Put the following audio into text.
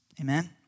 Amen